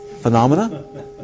phenomena